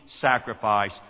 sacrifice